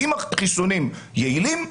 אם החיסונים יעילים,